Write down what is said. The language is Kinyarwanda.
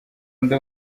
ndi